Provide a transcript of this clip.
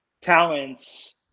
talents